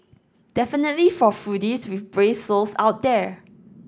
definitely for foodies with brave souls out there